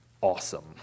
awesome